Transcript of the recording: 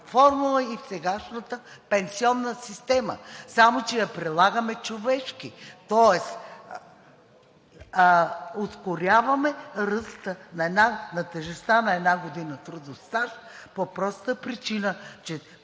и сегашната пенсионна система, само че я прилагаме човешки, тоест ускоряваме ръста на тежестта на една година трудов стаж по простата причина, че